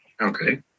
okay